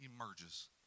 emerges